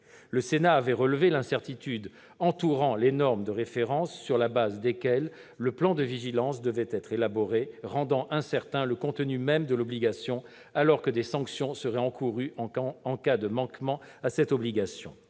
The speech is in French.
Le Sénat avait relevé l'incertitude entourant les normes de référence sur la base desquelles le plan de vigilance devait être élaboré, rendant incertain le contenu même de l'obligation, alors que des sanctions seraient encourues en cas de manquement à cette même obligation.